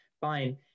fine